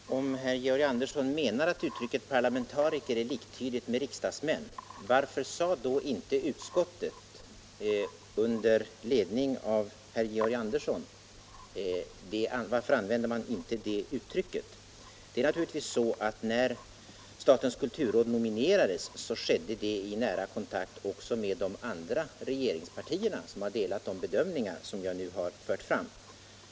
Herr talman! Om herr Georg Andersson menar att uttrycket parlamentariker är liktydigt med uttrycket riksdagsmän vill jag fråga, varför man inte använde det uttrycket. Nomineringarna till statens kulturråd skedde naturligtvis i nära kontakt med de andra regeringspartierna, som också delat de bedömningar som jag nu framfört.